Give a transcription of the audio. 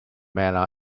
pamela